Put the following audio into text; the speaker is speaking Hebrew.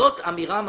זאת אמירה מעשית.